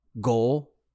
goal